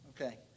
Okay